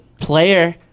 player